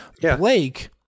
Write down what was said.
Blake